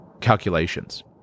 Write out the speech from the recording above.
calculations